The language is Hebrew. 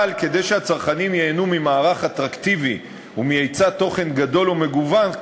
אבל כדי שהצרכנים ייהנו ממערך אטרקטיבי ומהיצע תוכן גדול ומגוון,